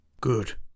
Good